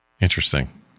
Interesting